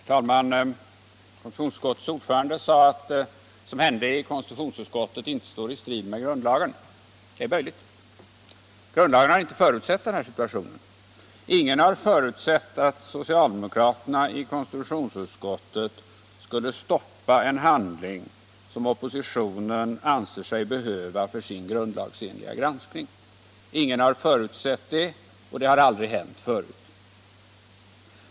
Herr talman! Konstitutionsutskottets ordförande sade att vad som hände i konstitutionsutskottet inte står i strid med grundlagen. Det är möjligt. Grundlagen har inte förutsett den här situationen. Ingen har förutsett att socialdemokraterna i konstitutionsutskottet skulle stoppa en handling som oppositionen anser sig behöva för sin grundlagsenliga granskning. Ingen har förutsett det, och det har aldrig hänt förut.